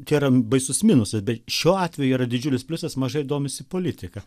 čia yra baisus minusas bet šiuo atveju yra didžiulis pliusas mažai domisi politika